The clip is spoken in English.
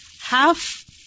half